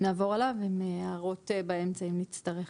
נעבור עליו עם הערות באמצע, אם נצטרך.